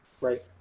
Right